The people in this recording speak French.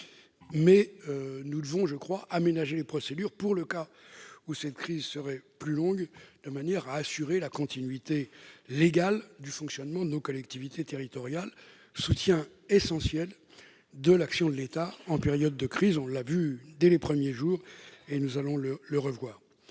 Nous devons aménager les procédures pour le cas où cette crise serait plus longue que prévu, de manière à assurer la continuité légale du fonctionnement de nos collectivités territoriales, soutiens essentiels de l'action de l'État en période de crise, comme on l'a vu dès les premiers jours. Je veux, en conclusion,